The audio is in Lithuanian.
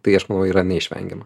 tai aš manau yra neišvengiama